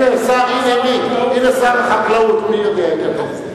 הנה שר החקלאות, מי יודע יותר טוב.